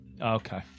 Okay